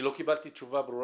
אני לא קיבלתי תשובה ברורה.